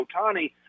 Otani